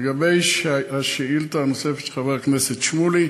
לגבי השאילתה הנוספת של חבר הכנסת שמולי: